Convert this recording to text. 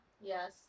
yes